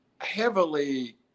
heavily